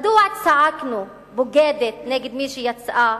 מדוע צעקנו בוגדת נגד מי שיצאה